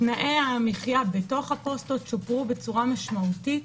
תנאי המחיה בפוסטות שופרו בצורה משמעותית.